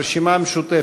הרשימה המשותפת,